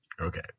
Okay